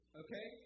okay